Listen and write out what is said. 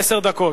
עשר דקות.